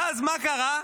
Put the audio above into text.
ואז מה קרה?